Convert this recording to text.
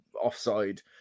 offside